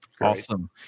Awesome